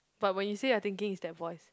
but when you said I thinking is that voice